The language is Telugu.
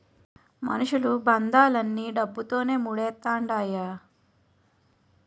మనుషులు బంధాలన్నీ డబ్బుతోనే మూడేత్తండ్రయ్య